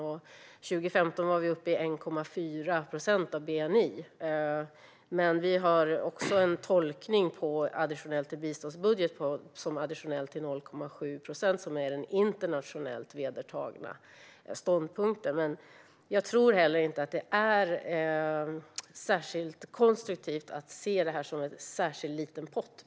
År 2015 var vi uppe i 1,4 procent av bni. Men vi gör också en tolkning av det additionella i biståndsbudgeten som gör att det additionella ligger på 0,7 procent, vilket är den internationellt vedertagna ståndpunkten. Jag tror heller inte att det är konstruktivt att se detta som en särskild liten pott.